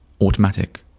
automatic